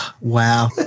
Wow